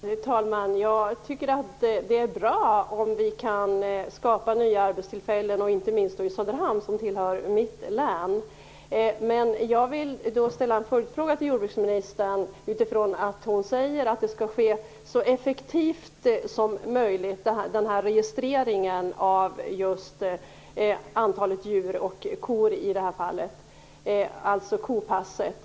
Herr talman! Jag tycker att det är bra om vi kan skapa nya arbetstillfällen inte minst i Söderhamn, som tillhör mitt län. Jag vill ställa en följdfråga till jordbruksministern utifrån att hon säger att registreringen av i detta fall kor skall ske så effektivt som möjligt. Det gäller alltså kopasset.